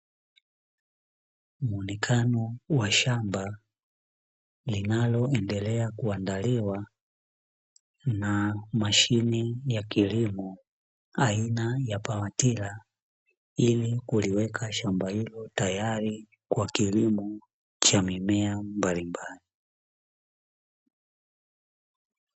Muonekano wa shamba linaloendelea kuandaliwa na mashine ya kilimo aina ya paratila ili kuliweka shamba hilo tayari kwa kilimo cha mimea mbalimbali.